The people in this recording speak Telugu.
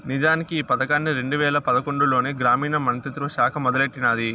నిజానికి ఈ పదకాన్ని రెండు వేల పదకొండులోనే గ్రామీణ మంత్రిత్వ శాఖ మొదలెట్టినాది